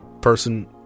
person